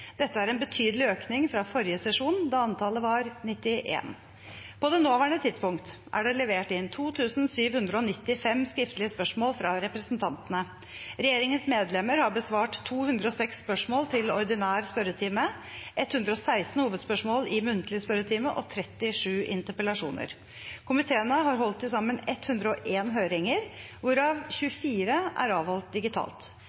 Dette er en betydelig økning fra forrige sesjon, da antallet var 91. På det nåværende tidspunkt er det levert inn 2 795 skriftlige spørsmål fra representantene. Regjeringens medlemmer har besvart 206 spørsmål til ordinær spørretime, 116 hovedspørsmål i muntlig spørretime og 37 interpellasjoner. Komiteene har holdt til sammen 101 høringer, hvorav